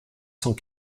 cent